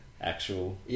actual